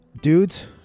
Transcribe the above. Dudes